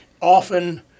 often